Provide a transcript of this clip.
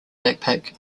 backpack